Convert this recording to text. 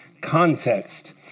context